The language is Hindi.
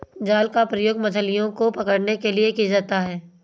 जाल का प्रयोग मछलियो को पकड़ने के लिये किया जाता है